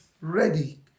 ready